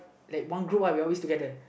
like one group uh we always together